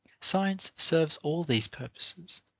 science serves all these purposes,